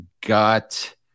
got